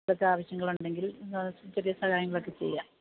ആവശ്യങ്ങളുണ്ടെങ്കിൽ എന്താണെന്നുവെച്ചാല് ചെറിയ സഹായങ്ങളൊക്കെ ചെയ്യാം